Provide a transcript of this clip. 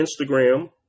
Instagram